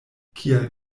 kial